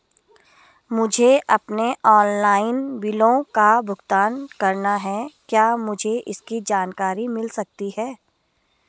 मुझे अपने ऑनलाइन बिलों का भुगतान करना है क्या मुझे इसकी जानकारी मिल सकती है?